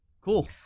cool